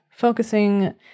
focusing